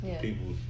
people